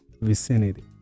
vicinity